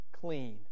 clean